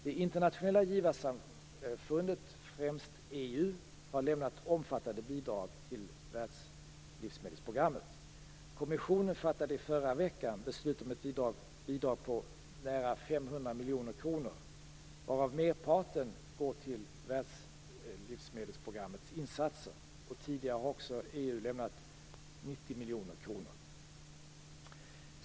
Det internationella givarsamfundet, främst EU, har lämnat omfattande bidrag till Världslivsmedelsprogrammet. Kommissionen fattade i förra veckan beslut om ett bidrag på nära 500 miljoner kronor, varav merparten går till Världslivsmedelsprogrammets insatser. Tidigare har EU lämnat 90 miljoner kronor.